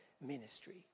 ministry